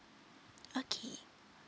okay